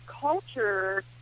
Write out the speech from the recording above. culture